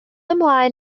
ymlaen